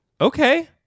Okay